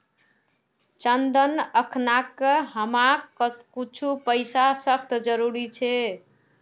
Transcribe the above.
चंदन अखना हमाक कुछू पैसार सख्त जरूरत छ